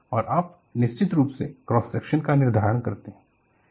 और आप निश्चित रूप से क्रॉस सेक्शन का निर्धारण करते हैं